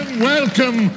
welcome